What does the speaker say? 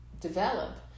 develop